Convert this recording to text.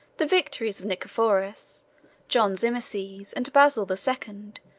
the victories of nicephorus, john zimisces, and basil the second,